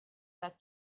that